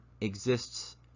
exists